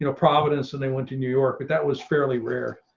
you know providence and they went to new york, but that was fairly rare.